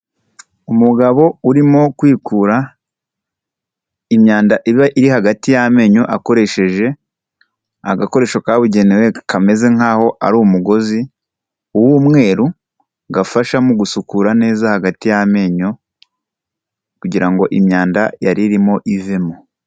Umugabo urimo kwikura imyanda iba iri hagati y'amenyo akoresheje agakoresho kabugenewe kameze nk'aho ari umugozi w'umweru, gafasha mu gusukura neza hagati y'amenyo, kugira ngo imyanda yaririmo ivemo.